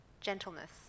gentleness